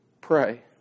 pray